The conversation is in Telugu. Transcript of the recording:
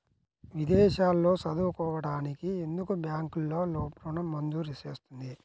విదేశాల్లో చదువుకోవడానికి ఎందుకు బ్యాంక్లలో ఋణం మంజూరు చేస్తుంది?